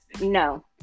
No